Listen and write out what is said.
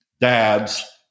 dads